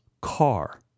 car